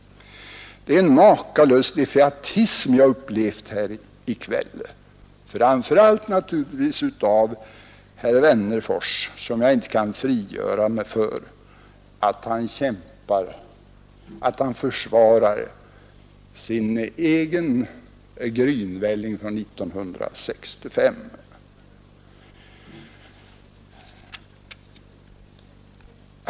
Det är en makalös defaitism som kommit till uttryck här i kväll, framför allt hos herr Wennerfors. Jag kan inte frigöra mig från känslan att han kämpar för och försvarar sin egen grynvälling från 1965.